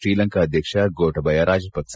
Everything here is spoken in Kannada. ಶ್ರೀಲಂಕಾ ಅಧ್ಯಕ್ಷ ಗೊಣಬಯ ರಾಜಪಕ್ಷ